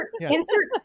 insert